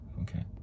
okay